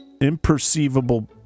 imperceivable